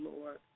Lord